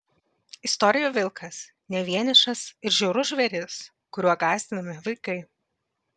istorijų vilkas ne vienišas ir žiaurus žvėris kuriuo gąsdinami vaikai